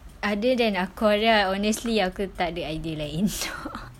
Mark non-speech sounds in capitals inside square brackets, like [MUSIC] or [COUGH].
other than aquaria honestly aku tak ada idea lain [LAUGHS]